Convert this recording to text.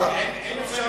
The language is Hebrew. בדיוק רציתי לומר,